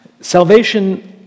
Salvation